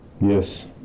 Yes